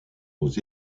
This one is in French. aux